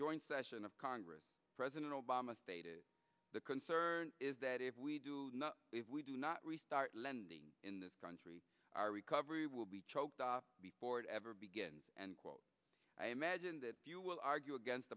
joint session of congress president obama stated the concern is that if we do not if we do not restart lending in this country our recovery will be choked off before it ever begins and quote i imagine that you will argue against